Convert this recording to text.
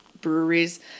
breweries